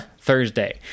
Thursday